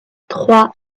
trois